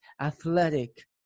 athletic